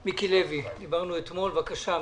בבקשה.